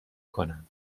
کنند